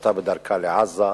שהיתה בדרכה לעזה,